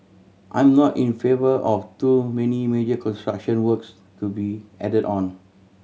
I'm not in favour of too many major construction works to be added on